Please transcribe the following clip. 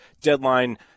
deadline